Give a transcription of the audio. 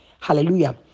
hallelujah